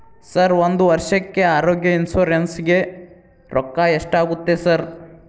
Sir ಒಂದು ವರ್ಷಕ್ಕೆ ಆರೋಗ್ಯ ಇನ್ಶೂರೆನ್ಸ್ ಗೇ ರೊಕ್ಕಾ ಎಷ್ಟಾಗುತ್ತೆ ಸರ್?